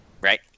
Right